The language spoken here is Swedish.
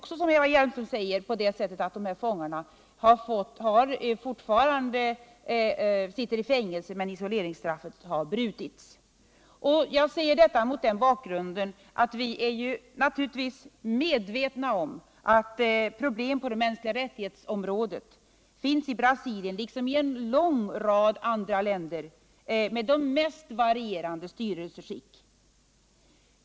Fångarna silter visserligen fortfarande i fängelse, men isoleringsstraffet har brutits. Vi är naturligtvis medvetna om att det finns problem inom området för de mänskliga rättigheterna i Brasilien liksom i en lång rad andra linder med de mest varierande styrelseskick.